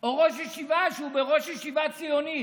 או ראש ישיבה שהוא ראש ישיבה ציונית,